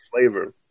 flavor